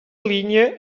línia